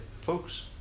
folks